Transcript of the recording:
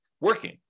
working